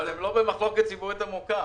אבל הם לא ב --- ציבורית עמוקה,